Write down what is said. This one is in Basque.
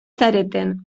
zareten